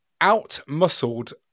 Out-muscled